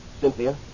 Cynthia